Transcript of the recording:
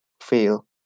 fail